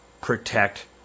protect